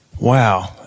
Wow